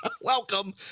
Welcome